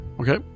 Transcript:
Okay